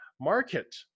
market